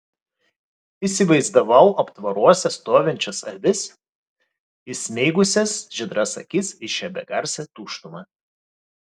įsivaizdavau aptvaruose stovinčias avis įsmeigusias žydras akis į šią begarsę tuštumą